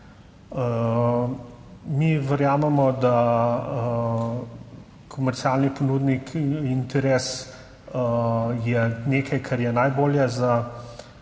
Mi verjamemo, da komercialni ponudnik, interes je nekaj, kar je najbolje za